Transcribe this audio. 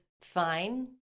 fine